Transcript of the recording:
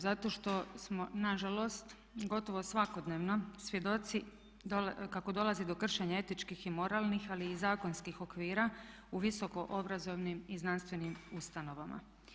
Zato što smo na žalost gotovo svakodnevno svjedoci kako dolazi do kršenja etičkih i moralnih, ali i zakonskih okvira u visoko obrazovnim i znanstvenim ustanovama.